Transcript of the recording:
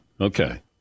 okay